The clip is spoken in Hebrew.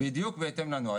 בדיוק בהתאם לנוהל.